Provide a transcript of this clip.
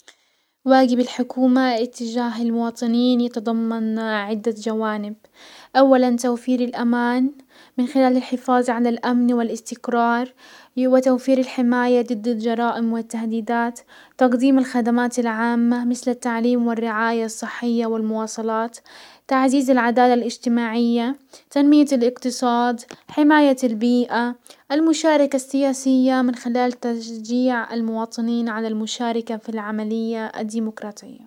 واجب الحكومة اتجاه المواطنين يتضمن عدة جوانب. اولا توفير الامان من خلال الحفاز على الامن والاستقرار وتوفير الحماية ضد الجرائم والتهديدات. تقديم الخدمات العامة مسل التعليم والرعاية الصحية والمواصلات. تعزيز العدالة الاجتماعية، تنمية الاقتصاد، حماية البيئة. المشاركة السياسية من خلال تشجيع المواطنين على المشاركة في العملية الديموقراطية.